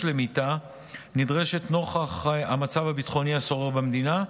למיטה נדרשת נוכח המצב הביטחוני השורר במדינה,